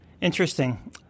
Interesting